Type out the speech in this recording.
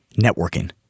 networking